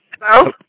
Hello